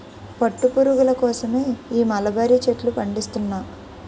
పట్టు పురుగుల కోసమే ఈ మలబరీ చెట్లను పండిస్తున్నా